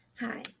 Hi